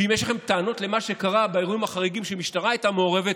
ואם יש לכם טענות למה שקרה באירועים החריגים שבהם המשטרה הייתה מעורבת,